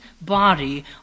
body